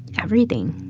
everything.